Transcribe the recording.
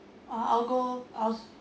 uh I'll go I was